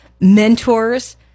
mentors